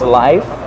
life